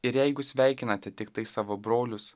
ir jeigu sveikinate tiktai savo brolius